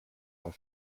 are